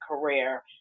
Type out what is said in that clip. career